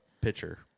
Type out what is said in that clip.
pitcher